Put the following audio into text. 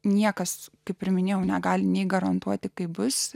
niekas kaip ir minėjau negali nei garantuoti kaip bus